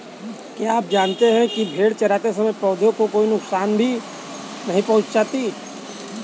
क्या आप जानते है भेड़ चरते समय पौधों को कोई नुकसान भी नहीं पहुँचाती